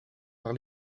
par